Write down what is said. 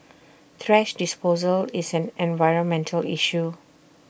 thrash disposal is an environmental issue